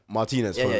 Martinez